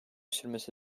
sürmesi